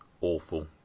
Awful